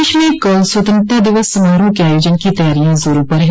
प्रदेश में कल स्वतंत्रता दिवस समारोह के आयोजन की तैयारियां जोरों पर है